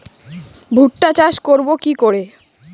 ভুট্টা চাষ করব কি করে?